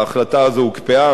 ההחלטה הזאת הוקפאה,